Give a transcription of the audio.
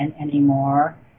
anymore